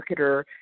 marketer